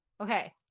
okay